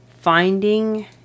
finding